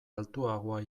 altuagoa